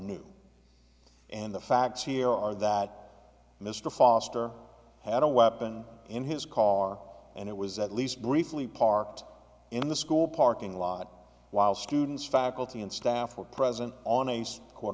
knew and the facts here are that mr foster had a weapon in his car and it was at least briefly parked in the school parking lot while students faculty and staff were present on a's quote